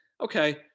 Okay